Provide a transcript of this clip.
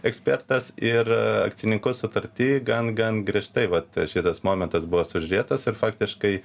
ekspertas ir akcininkų sutarty gan gan griežtai vat šitas momentas buvo uždėtas ir faktiškai